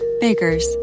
Baker's